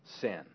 sin